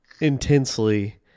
intensely